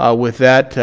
ah with that,